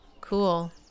Cool